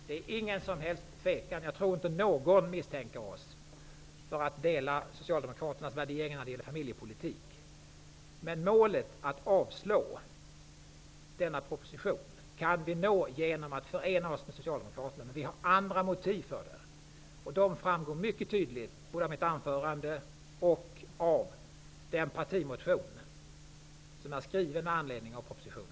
Jag tror inte att det finns någon som misstänker oss för att dela Socialdemokraternas värderingar i familjepolitiken. Men genom att förena oss med Socialdemokraterna kan vi nå målet att propositionen avslås. Vi har dock andra motiv för det än vad Socialdemokraterna har. De framgår mycket tydligt både av mitt anförande och av den partimotion som har tillkommit med anledning av propositionen.